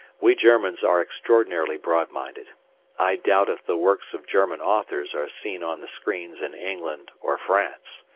we germans are extraordinarily broad-minded i doubt if the works of german authors are seen on the screens in england or france.